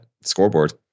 scoreboard